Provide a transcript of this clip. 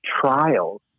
trials